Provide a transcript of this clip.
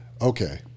okay